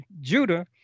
Judah